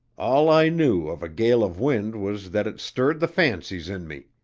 all i knew of a gale of wind was that it stirred the fancies in me.